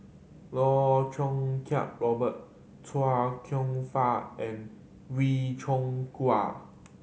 Loh Choo Kiat Robert Chia Kwek Fah and Wee Cho